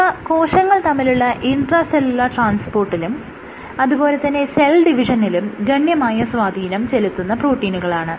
ഇവ കോശങ്ങൾ തമ്മിലുള ഇൻട്രാ സെല്ലുലാർ ട്രാൻസ്പോർട്ടിലും അതുപോലെ തന്നെ സെൽ ഡിവിഷനിലും ഗണ്യമായ സ്വാധീനം ചെലുത്തുന്ന പ്രോട്ടീനുകളാണ്